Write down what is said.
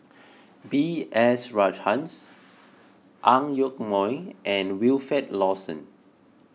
B S Rajhans Ang Yoke Mooi and Wilfed Lawson